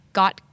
got